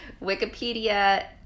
Wikipedia